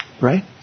right